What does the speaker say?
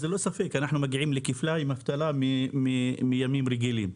אז זה ללא ספק שאנחנו מגיעים לכפליים אבטלה מימים רגילים.